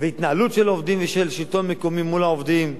וההתנהלות של עובדים ושל שלטון מקומי מול העובדים,